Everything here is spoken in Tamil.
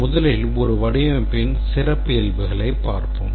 முதலில் ஒரு வடிவமைப்பின் சிறப்பியல்புகளைப் பார்ப்போம்